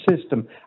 system